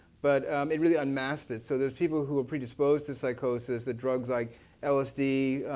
but it really unmasked it. so there's people who were predisposed to psychosis that drugs like lsd,